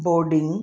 boarding